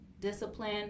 discipline